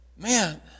man